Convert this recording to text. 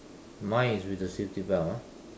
mine is with the safety belt ah